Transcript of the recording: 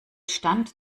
stand